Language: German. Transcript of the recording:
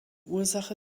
ursache